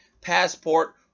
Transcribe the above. passport